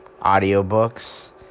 audiobooks